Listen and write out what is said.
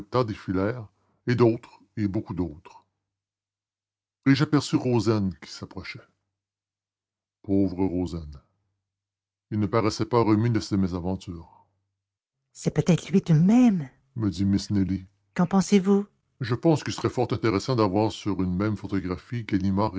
défilèrent et d'autres et beaucoup d'autres et j'aperçus rozaine qui s'approchait pauvre rozaine il ne paraissait pas remis de ses mésaventures c'est peut-être lui tout de même me dit miss nelly qu'en pensez-vous je pense qu'il serait fort intéressant d'avoir sur une même photographie